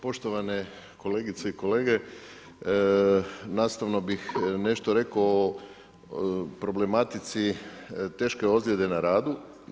Poštovane kolegice i kolege, nastavno bih nešto rekao o problematici teške ozljede na radu.